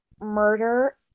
Murder